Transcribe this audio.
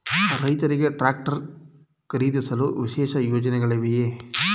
ರೈತರಿಗೆ ಟ್ರಾಕ್ಟರ್ ಖರೀದಿಸಲು ವಿಶೇಷ ಯೋಜನೆಗಳಿವೆಯೇ?